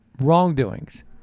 wrongdoings